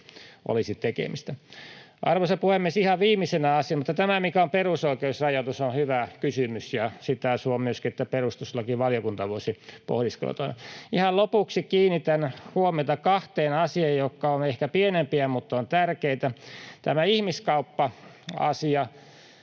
olisi tekemistä. Arvoisa puhemies! Tämä, mikä on perusoikeusrajoitus, on hyvä kysymys, ja suon myöskin, että sitä perustuslakivaliokunta voisi pohdiskella. Ihan lopuksi kiinnitän huomiota kahteen asiaan, jotka ovat ehkä pienempiä mutta ovat tärkeitä. Tämä ihmiskauppa-asia: